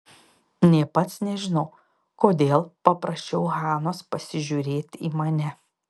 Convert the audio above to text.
nė pats nežinau kodėl paprašiau hanos pasižiūrėti į mane